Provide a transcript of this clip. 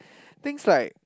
things like